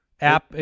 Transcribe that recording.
app